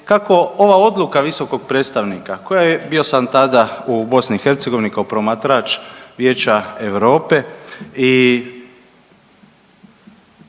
kako ova odluka visokog predstavnika koja je bio sam tada u BiH kao promatrač Vijeća Europe